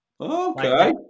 okay